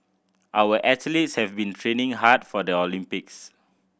our athletes have been training hard for the Olympics